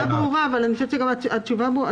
השאלה ברורה אבל אני חושבת שגם התשובה ברורה.